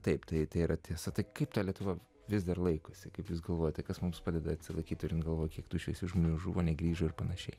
taip tai tai yra tiesa tai kaip ta lietuva vis dar laikosi kaip jūs galvojate kas mums padeda atsilaikyti turint galvoje kiek tų šviesių žmonių žuvo negrįžo ir pan